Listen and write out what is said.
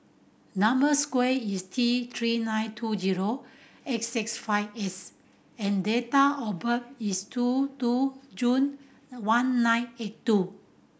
number square is T Three nine two zero eight six five S and date of birth is two two June one nine eight two